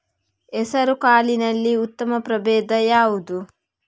ಹೆಸರುಕಾಳಿನಲ್ಲಿ ಉತ್ತಮ ಪ್ರಭೇಧ ಯಾವುದು?